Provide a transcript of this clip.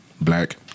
black